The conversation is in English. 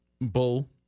Bull